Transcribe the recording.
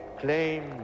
claim